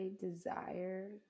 desire